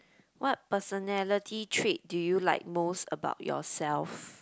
what personality trait do you like most about yourself